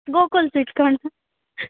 Gokul sweet corner